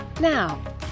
Now